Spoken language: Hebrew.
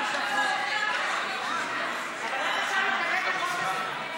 אבל איך אפשר להתנגד לחוק כזה?